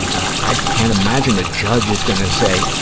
i can't imagine a judge is going to say,